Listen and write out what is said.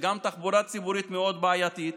וגם התחבורה הציבורית מאוד בעייתית.